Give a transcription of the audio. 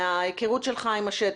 מההיכרות שלך עם השטח,